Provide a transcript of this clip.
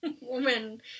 woman